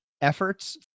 efforts